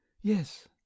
Yes